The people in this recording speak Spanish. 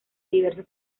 diversos